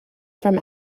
from